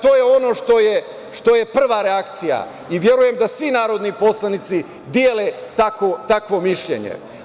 To je ono što je prva reakcija i verujem da svi narodni poslanici dele takvo mišljenje.